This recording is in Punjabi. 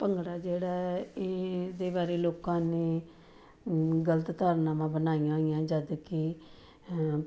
ਭੰਗੜਾ ਜਿਹੜਾ ਇਹਦੇ ਬਾਰੇ ਲੋਕਾਂ ਨੇ ਗਲਤ ਧਾਰਨਾਵਾਂ ਬਣਾਈਆਂ ਹੋਈਆਂ ਜਦਕਿ